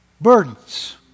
burdens